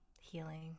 Healing